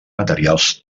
materials